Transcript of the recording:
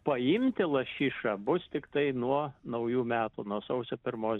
paimti lašišą bus tiktai nuo naujų metų nuo sausio pirmos